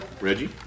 Reggie